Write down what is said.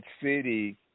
city